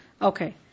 Okay